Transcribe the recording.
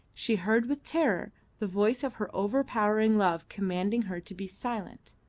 she heard with terror the voice of her overpowering love commanding her to be silent.